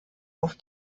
auf